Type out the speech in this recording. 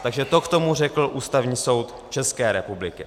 Takže to k tomu řekl Ústavní soud České republiky.